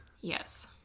yes